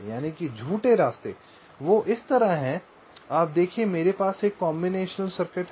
झूठे रास्ते इस तरह हैं आप देखिए मेरे पास एक कॉम्बिनेशन सर्किट है